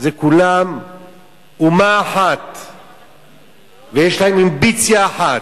כולם אומה אחת ויש להם אמביציה אחת.